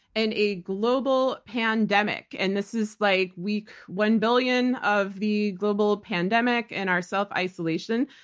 and a global pandemic. and this is, like, week one billion of the global pandemic and our self-isolation.